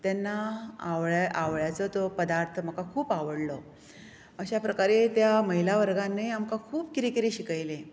तेन्ना आवळ आवळ्याचो तो पदार्थ म्हाका खूब आवडलो अशा प्रकारी त्या महिला वर्गांत खूब कितें कितें शिकयलें